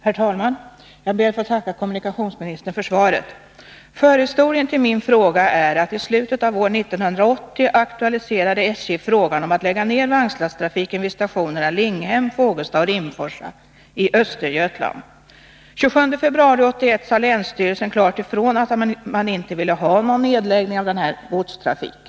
Herr talman! Jag ber att få tacka kommunikationsministern för svaret. Förhistorien till min fråga är att SJ i slutet av år 1980 aktualiserade frågan om att lägga ner vagnslasttrafiken vid stationerna Linghem, Fågelsta och Rimforsa i Östergötland. Den 27 februari 1981 sade länsstyrelsen klart ifrån att man inte ville ha någon nedläggning av denna godstrafik.